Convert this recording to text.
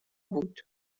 بود